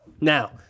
Now